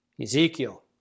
Ezekiel